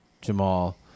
Jamal